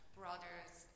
brothers